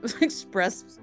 express